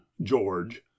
George